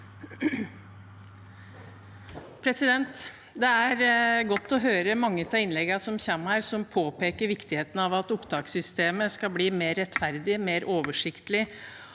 Det er godt å høre mange av innleggene her, som påpeker viktigheten av at opptakssystemet skal bli mer rettferdig, mer oversiktlig